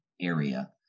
area